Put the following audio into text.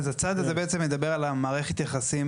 אז הצעד הזה בעצם מדבר על מערכת היחסים